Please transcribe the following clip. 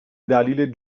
دلیل